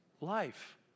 life